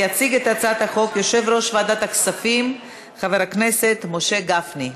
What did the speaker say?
יציג את הצעת החוק יושב-ראש ועדת הכספים חבר הכנסת משה גפני.